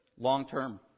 Long-term